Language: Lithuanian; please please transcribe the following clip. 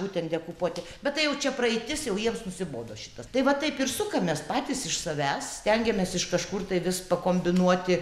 būtent dekupuoti bet tai jau čia praeitis jau jiems nusibodo šitas tai va taip ir sukamės patys iš savęs stengiamės iš kažkur tai vis pakombinuoti